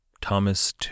Thomas